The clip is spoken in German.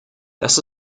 das